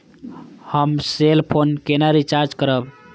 हम cell phone केना recharge करब?